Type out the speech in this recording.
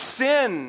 sin